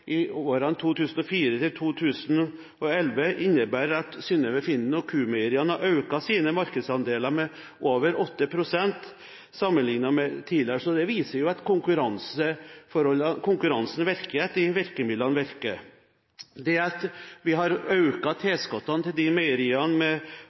i årene 2004–2011 har Synnøve Finden og Q-meieriene økt sine markedsandeler med over 8 pst., sammenliknet med tidligere. Dette viser jo at konkurransen virker, og at virkemidlene virker. Det at man har økt tilskuddene til